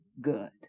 good